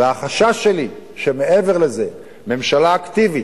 והחשש שלי, שמעבר לזה, ממשלה אקטיבית,